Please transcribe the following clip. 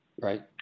right